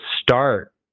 start